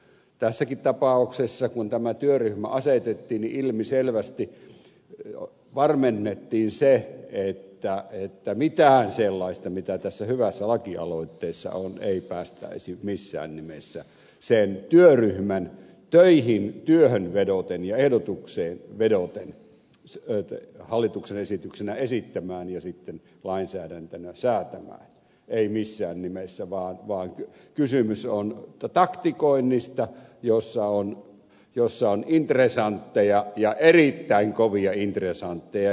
tässäkin tapauksessa kun tämä työryhmä asetettiin ilmiselvästi varmennettiin se että mitään sellaista mitä tässä hyvässä laki aloitteessa on ei päästäisi missään nimessä sen työryhmän työhön vedoten ja ehdotukseen vedoten hallituksen esityksenä esittämään ja sitten lainsäädäntönä säätämään ei missään nimessä vaan kysymys on taktikoinnista jossa on intresantteja ja erittäin kovia intresantteja